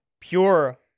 Pure